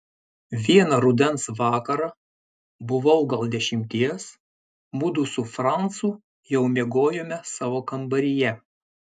vieną rudens vakarą buvau gal dešimties mudu su francu jau miegojome savo kambaryje